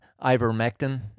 ivermectin